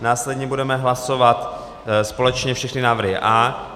Následně budeme hlasovat společně všechny návrhy A.